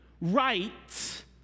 right